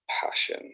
passion